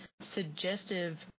suggestive